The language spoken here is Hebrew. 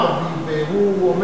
שאמר